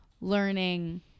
learning